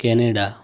Canada